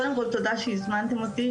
קודם כל תודה שהזמנתם אותי,